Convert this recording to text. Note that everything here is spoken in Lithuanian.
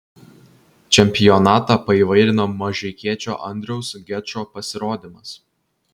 čempionatą paįvairino mažeikiečio andriaus gečo pasirodymas